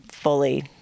Fully